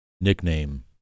nickname